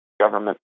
government